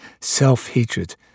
self-hatred